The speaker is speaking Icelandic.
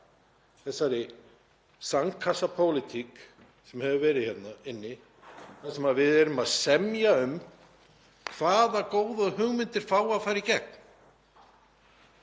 þessari sandkassapólitík sem hefur verið hér inni þar sem við erum að semja um hvaða góðu hugmyndir fái að fara í gegn.